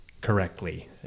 correctly